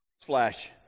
flash